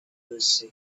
was